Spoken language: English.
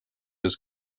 his